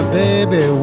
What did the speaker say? baby